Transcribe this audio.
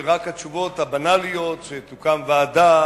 רק התשובות הבנאליות שתוקם ועדה